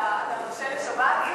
אתה מבשל לשבת?